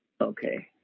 Okay